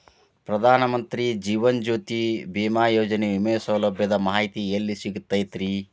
ಪ್ರಧಾನ ಮಂತ್ರಿ ಜೇವನ ಜ್ಯೋತಿ ಭೇಮಾಯೋಜನೆ ವಿಮೆ ಸೌಲಭ್ಯದ ಮಾಹಿತಿ ಎಲ್ಲಿ ಸಿಗತೈತ್ರಿ?